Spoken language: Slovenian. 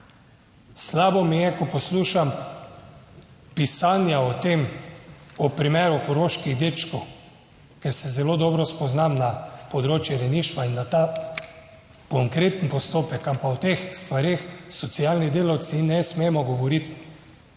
Slabo mi je, ko poslušam pisanja o tem, o primeru koroških dečkov, ker se zelo dobro spoznam na področje rejništva in da ta konkreten postopek, ampak o teh stvareh socialni delavci ne smemo govoriti.